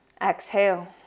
Exhale